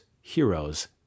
heroes